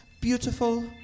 beautiful